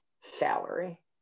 salary